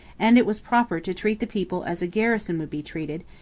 and it was proper to treat the people as a garrison would be treated,